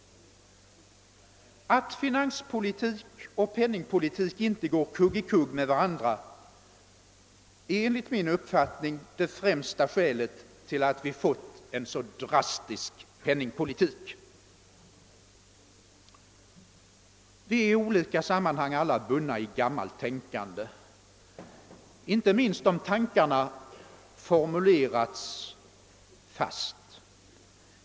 Att finanspolitik och penningpolitik inte går kugg i kugg med varandra är enligt min uppfattning det främsta skälet till att vi fått en så drastisk penningpolitik. Vi alla är i olika sammanhang bundna i gammalt tänkande, inte minst om tankarna formulerats fast.